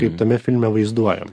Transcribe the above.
kaip tame filme vaizduojama